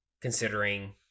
considering